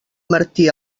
martí